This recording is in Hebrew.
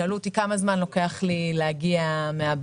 שאלו אותי כמה זמן לוקח לי להגיע מהבית.